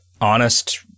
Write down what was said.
honest